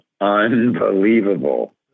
Unbelievable